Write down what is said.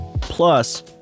Plus